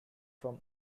from